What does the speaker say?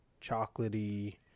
chocolatey